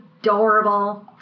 adorable